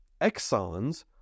exons